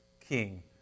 king